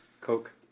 Coke